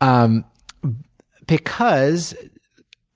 um because